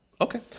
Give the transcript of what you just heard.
Okay